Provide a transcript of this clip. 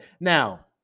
Now